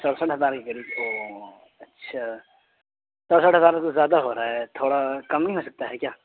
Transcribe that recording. سرسٹھ ہزار کے قریب اوہ اچھا سرسٹھ ہزار یہ تو زیادہ ہو رہا ہے تھوڑا کم نہیں ہو سکتا ہے کیا